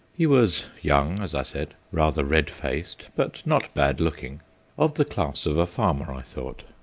he was young, as i said, rather red-faced, but not bad-looking of the class of a farmer, i thought.